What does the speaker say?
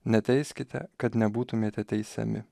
neteiskite kad nebūtumėte teisiami